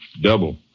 Double